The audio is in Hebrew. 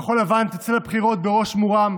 כחול לבן תצא לבחירות בראש מורם,